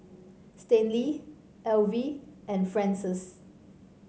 Stanley Alvy and Frances